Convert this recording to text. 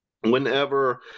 Whenever